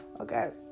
Okay